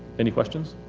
any questions?